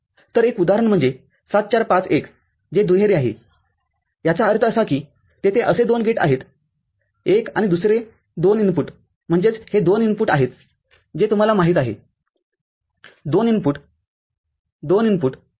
तर एक उदाहरण म्हणजे ७४५१ जे दुहेरी आहेयाचा अर्थ असा कीतेथे असे दोन गेटआहेत १ आणि दुसरे २ इनपुटम्हणजेच हे २ इनपुट आहेत जे तुम्हाला माहीत आहे २ इनपुट २ इनपुट